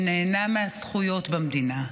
שנהנה מהזכויות במדינה,